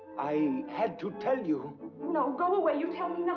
i had to tell you no, go away! you tell me you know